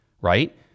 right